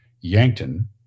Yankton